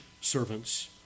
servants